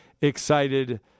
excited